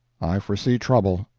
i foresee trouble.